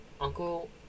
uncle